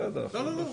לא.